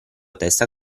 testa